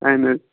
اَہَن حظ